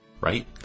right